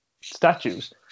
statues